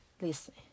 listen